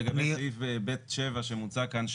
לגבי סעיף ב' (7) שמוצע כאן,